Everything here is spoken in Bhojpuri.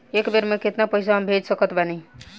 एक बेर मे केतना पैसा हम भेज सकत बानी?